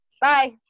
bye